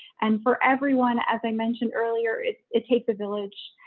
and for everyone, as i mentioned earlier, it's it takes a village.